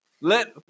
Let